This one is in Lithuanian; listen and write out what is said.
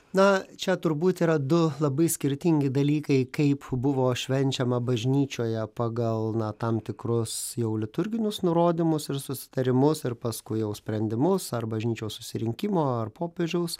na čia turbūt yra du labai skirtingi dalykai kaip buvo švenčiama bažnyčioje pagal na tam tikrus jau liturginius nurodymus ir susitarimus ir paskui jau sprendimus ar bažnyčios susirinkimo ar popiežiaus